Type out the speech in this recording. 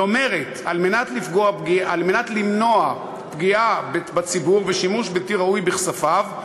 היא אומרת: על מנת למנוע פגיעה בציבור ושימוש בלתי ראוי בכספיו,